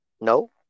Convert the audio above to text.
No